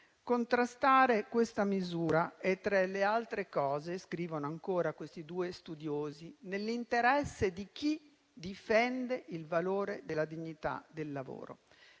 Contrastare questa misura è, tra le altre cose», come scrivono ancora questi due studiosi, «nell'interesse di chi difende il valore della dignità del lavoro».